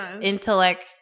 intellect